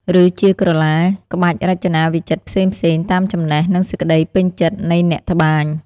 ឬជាក្រឡាក្បាច់រចនាវិចិត្រផ្សេងៗតាមចំណេះ និងសេចក្តីពេញចិត្តនៃអ្នកត្បាញ។